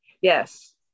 Yes